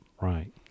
Right